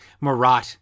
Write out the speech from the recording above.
Marat